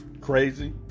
Crazy